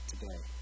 today